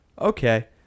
okay